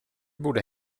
borde